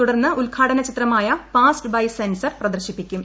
തുടർന്ന് ഉദ്ഘാടന ചിത്രമായ പാസ്സ്ഡ് ബൈ സെൻസർ പ്രദർശിപ്പിക്കും